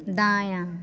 दाँयाँ